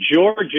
Georgia